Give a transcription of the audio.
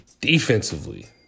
defensively